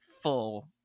full